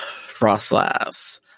Frostlass